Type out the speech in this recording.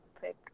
pick